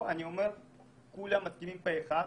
אבל פה כולם מסכימים פה אחד,